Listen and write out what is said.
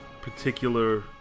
particular